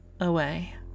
away